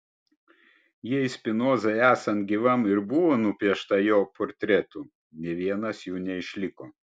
jei spinozai esant gyvam ir buvo nupiešta jo portretų nė vienas jų neišliko